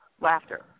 laughter